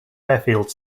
airfield